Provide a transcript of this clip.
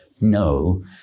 No